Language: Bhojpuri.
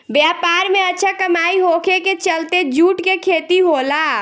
व्यापार में अच्छा कमाई होखे के चलते जूट के खेती होला